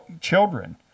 children